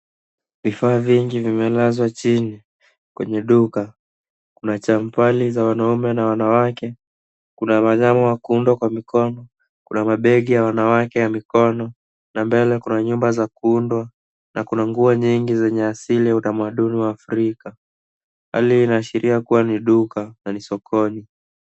Vifaa vingi vimelazwa chini kwenye duka kuna chambali za wanaume na wanawake kuna wanyama wa kundwa kwa mikono kuna mabegi ya wanawake ya mikono na mbele kuna nyumba za kuundwa na kuna nguo nyingi zenye asili za utamaduni wa Afrika. Hali hii inaashiria kuwa ni duka na ni sokoni.